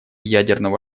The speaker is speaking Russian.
ядерного